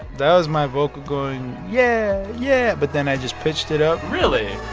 that was my vocal going, yeah, yeah, but then i just pitched it up really?